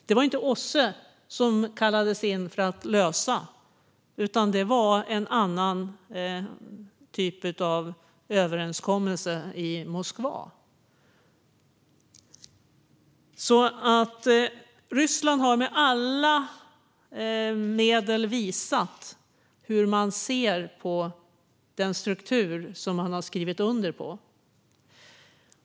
Det var inte OSSE som kallades in för att lösa den; det blev en annan typ av överenskommelse i Moskva. Ryssland har alltså med alla medel visat hur man ser på den struktur som man har skrivit under på.